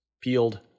peeled